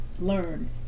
learn